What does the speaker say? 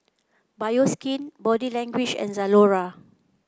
Bioskin Body Language and Zalora